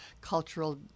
cultural